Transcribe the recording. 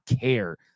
care